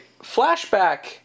Flashback